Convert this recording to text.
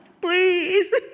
Please